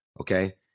Okay